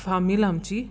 फामील आमची